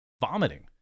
vomiting